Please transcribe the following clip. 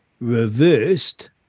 reversed